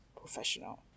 professional